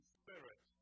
spirit